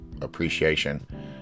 appreciation